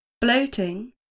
bloating